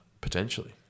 Potentially